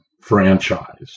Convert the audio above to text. franchise